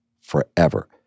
forever